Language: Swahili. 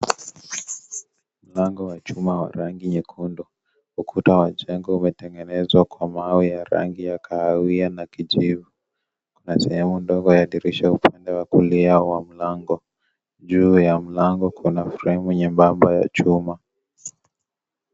Bango wa chuma wa rangi nyekundu, ukuta wa jengo umetengenezwa Kwa mawe ya rangi ya kahawia na kijivu . Kuna sehemu ndogo ya dirisha upande wa kulia wa mlango ,juu ya mlango kuna fremu nyembamba ya chuma.